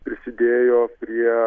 prisidėjo prie